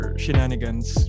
shenanigans